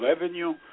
revenue